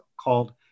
called